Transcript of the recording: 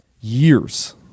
years